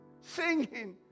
singing